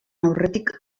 aurretik